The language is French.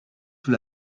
sous